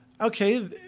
okay